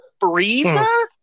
Frieza